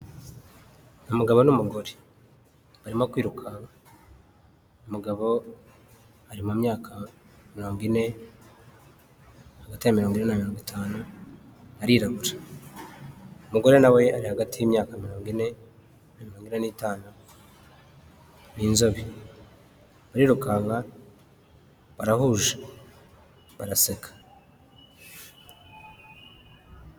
Umugabo n'umugore barimo kwirukanka, umugabo ari mu myaka mirongo ine, hagati ya mirongo ine na mirongo itanu arirabura, umugore na we ari hagati y'imyaka mirongo ine n'itanu ni inzobe, barirukanka barahuje baraseka.